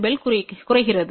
B குறைகிறது